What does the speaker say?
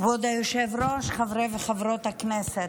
כבוד היושב-ראש, חברי וחברות הכנסת,